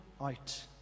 out